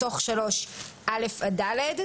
בתוך 3 א עד ד,